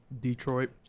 Detroit